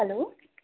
hello